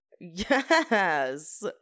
Yes